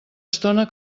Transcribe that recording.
estona